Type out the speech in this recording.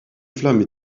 flammes